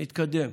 נתקדם.